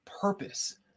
purpose